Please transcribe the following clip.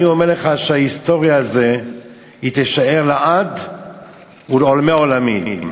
אני אומר לך שההיסטוריה הזאת תישאר לעד ולעולמי עולמים.